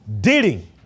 Dealing